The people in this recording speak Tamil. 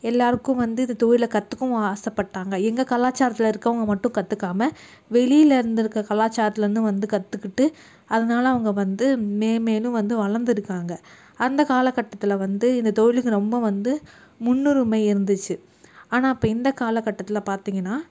எல்லோருக்கும் வந்து இந்த தொழில கற்றுக்கவும் ஆசைப்பட்டாங்க எங்கள் கலாச்சரத்தில் இருக்கறவங்க மட்டும் கற்றுக்காம வெளியில் இருந்திருக்க கலாச்சாரத்திலேருந்தும் வந்து கற்றுக்கிட்டு அதனால் அவங்க வந்து மேம் மேலும் வந்து வளந்திருக்காங்க அந்த காலகட்டத்தில் வந்து இந்த தொழிலுக்கு ரொம்ப வந்து முன்னுரிமை இருந்துச்சு ஆனால் இப்போ இந்த காலகட்டத்தில் பார்த்தீங்கன்னா